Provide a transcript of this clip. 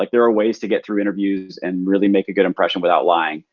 like there are ways to get through interviews and really make a good impression without lying.